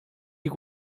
ich